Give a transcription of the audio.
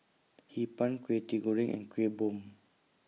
Hee Pan Kwetiau Goreng and Kuih Bom